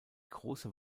große